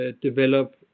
develop